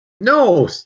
No